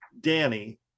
Danny